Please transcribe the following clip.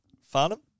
Farnham